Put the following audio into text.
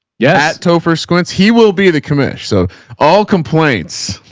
yeah tofor squints. he will be the commish. so all complaints,